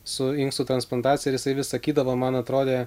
su inkstų transplantacija ir jisai vis sakydavo man atrodė